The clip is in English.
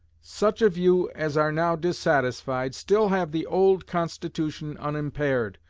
such of you as are now dissatisfied still have the old constitution unimpaired,